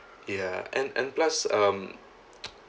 ya and and plus um